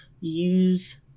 use